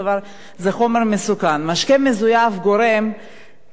משקה מזויף גורם לא רק לשכרות יתר,